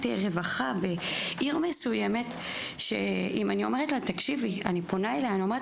רווחה בעיר מסוימת שכאשר אני פונה אליה ואומרת